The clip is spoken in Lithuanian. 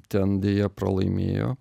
ten deja pralaimėjo